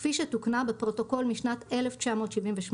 1973, כפי שתוקנה בפרוטוקול משנת 1978,